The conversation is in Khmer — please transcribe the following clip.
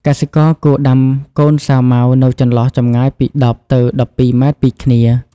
កសិករគួរដាំកូនសាវម៉ាវនៅចន្លោះចម្ងាយពី ១០ ទៅ ១២ ម៉ែត្រពីគ្នា។